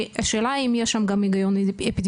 השאלה אם יש שם גם הגיון אפידמיולוגי.